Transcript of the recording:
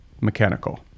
mechanical